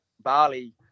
Bali